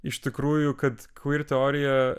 iš tikrųjų kad kver teorija